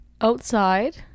Outside